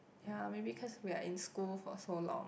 ya maybe cause we are in school for so long